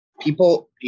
People